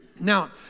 Now